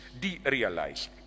derealized